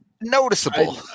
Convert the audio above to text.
noticeable